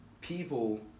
people